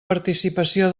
participació